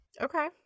Okay